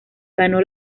ganó